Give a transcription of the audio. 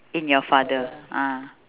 in your father ah